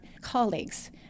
colleagues